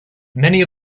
many